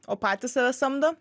o patys save samdo